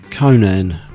Conan